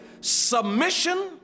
submission